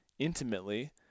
intimately